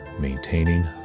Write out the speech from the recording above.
maintaining